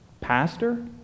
pastor